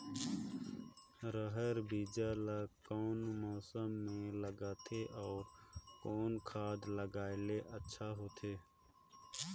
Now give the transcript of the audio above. रहर बीजा ला कौन मौसम मे लगाथे अउ कौन खाद लगायेले अच्छा होथे?